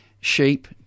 Sheep